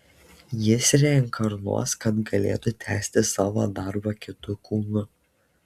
jis reinkarnuos kad galėtų tęsti savo darbą kitu kūnu